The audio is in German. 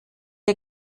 der